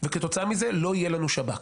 וכתוצאה מזה לא יהיה לנו שב"כ.